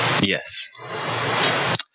yes